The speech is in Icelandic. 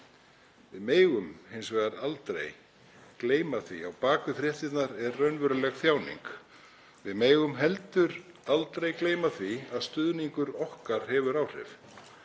Við megum hins vegar aldrei gleyma því að á bak við fréttirnar er raunveruleg þjáning. Við megum heldur aldrei gleyma því að stuðningur okkar hefur áhrif